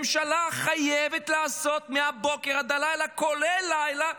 ממשלה חייבת לעשות מהבוקר עד הלילה, כולל לילה,